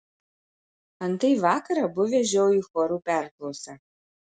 antai vakar abu vežiau į chorų perklausą